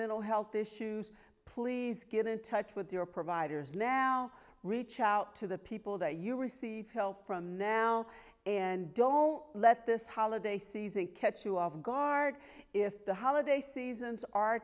mental health issues please get in touch with your providers now reach out to the people that you receive help from now and don't let this holiday season catch you off guard if the holiday seasons